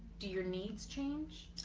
do your needs change?